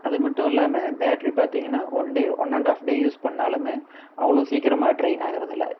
அது மட்டும் இல்லாமல் பேட்டரி பார்த்தீங்கனா one day one and half day use பண்ணாலுமே அவ்வளோ சீக்கிரமாக ட்ரைன் ஆகுறதில்லை